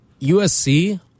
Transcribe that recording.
USC